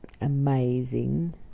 amazing